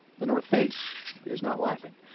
the north face is not laughing.